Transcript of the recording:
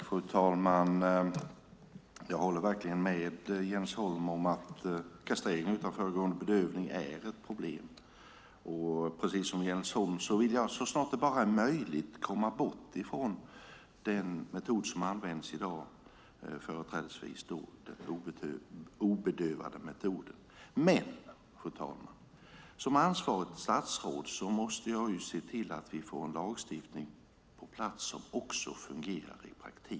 Fru talman! Jag håller med Jens Holm om att kastrering utan bedövning är ett problem. Precis som Jens Holm vill jag så snart som det är möjligt komma bort från denna metod. Fru talman! Som ansvarigt statsråd måste jag dock se till att vi får en lagstiftning på plats som fungerar i praktiken.